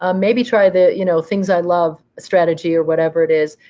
ah maybe try the you know things i love strategy or whatever it is.